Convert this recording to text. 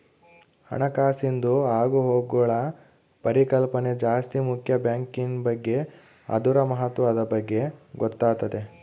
ಹಣಕಾಸಿಂದು ಆಗುಹೋಗ್ಗುಳ ಪರಿಕಲ್ಪನೆ ಜಾಸ್ತಿ ಮುಕ್ಯ ಬ್ಯಾಂಕಿನ್ ಬಗ್ಗೆ ಅದುರ ಮಹತ್ವದ ಬಗ್ಗೆ ಗೊತ್ತಾತತೆ